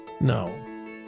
no